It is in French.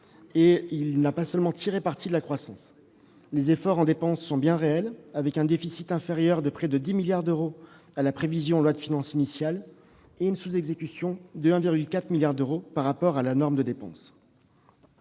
; il n'a pas seulement tiré parti de la croissance. Les efforts en dépenses sont bien réels, avec un déficit inférieur de près de 10 milliards d'euros à la prévision en loi de finances initiale et une sous-exécution de 1,4 milliard d'euros par rapport à la norme de dépense.